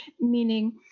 meaning